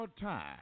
time